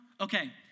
Okay